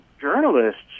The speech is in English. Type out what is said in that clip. journalists